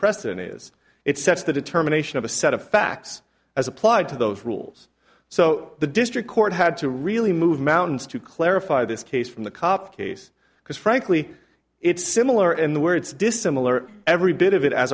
precedent is it sets the determination of a set of facts as applied to those rules so the district court had to really move mountains to clarify this case from the cop case because frankly it's similar and the where it's dissimilar every bit of it as